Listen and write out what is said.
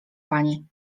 pani